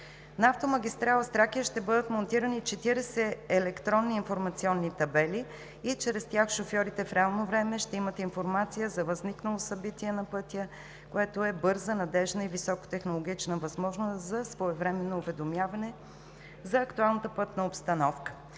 На автомагистрала „Тракия“ ще бъдат монтирани 40 електронни информационни табели и чрез тях шофьорите в реално време ще имат информация за възникнало събитие на пътя, което е бърза, надеждна и високотехнологична възможност за своевременно уведомяване за актуалната пътна обстановка.